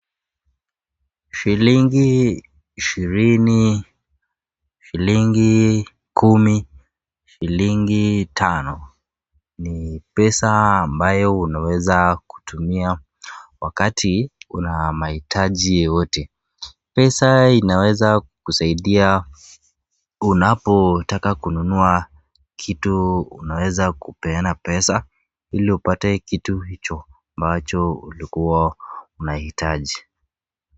Shilingi ishirini, shilingi kumi ,shilingi tano ni pesa ambayo unaeza kutumia wakati una mahitaji yoyote. Pesa inaweza kukusaidia unapo taka kununua kitu unaweza kupeana pesa ili upate kitu hicho ambacho ulikuwa unahitaji.